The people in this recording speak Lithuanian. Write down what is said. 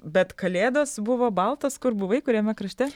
bet kalėdos buvo baltos kur buvai kuriame krašte